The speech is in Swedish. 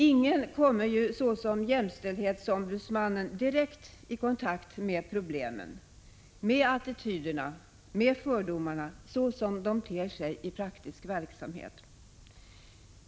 Ingen kommer ju såsom jämställdhetsombudsmannen direkt i kontakt med problemen, med attityderna och fördomarna så som de ter sig i praktisk verksamhet.